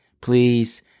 please